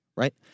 Right